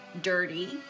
dirty